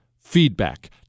feedback